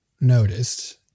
noticed